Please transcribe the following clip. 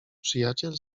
przyjaciel